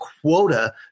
quota